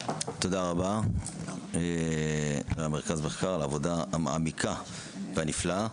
תודה רבה למרכז המחקר על העבודה המעמיקה והנפלאה.